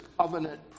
covenant